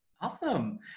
Awesome